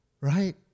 right